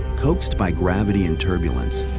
coaxed by gravity and turbulence,